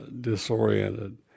disoriented